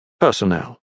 Personnel